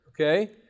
Okay